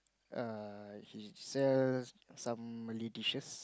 err he sells some Malay dishes